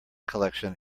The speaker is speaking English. collection